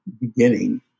beginning